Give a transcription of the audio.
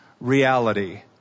reality